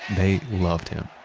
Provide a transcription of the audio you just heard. they loved him